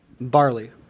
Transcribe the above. Barley